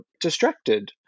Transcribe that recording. distracted